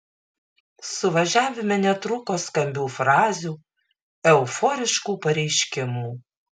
suvažiavime netrūko skambių frazių euforiškų pareiškimų